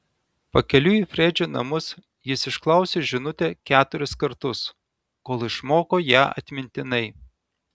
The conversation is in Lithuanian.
pakeliui į fredžio namus jis išklausė žinutę keturis kartus kol išmoko ją atmintinai